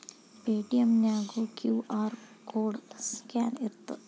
Paytm ನ್ಯಾಗು QR code scan ಇರತ್ತ